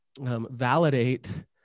Validate